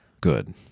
Good